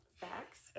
facts